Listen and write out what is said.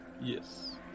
Yes